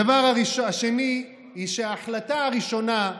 הדבר השני הוא שההחלטה הראשונה,